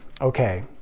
okay